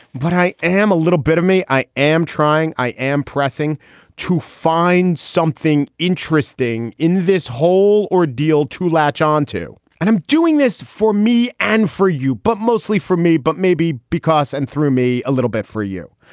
but i am a little bit of me. i am trying. i am pressing to find something interesting in this whole ordeal to latch on to. and i'm doing this for me and for you, but mostly for me. but maybe because. and threw me a little bit for you,